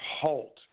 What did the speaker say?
halt